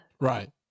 Right